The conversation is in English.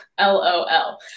LOL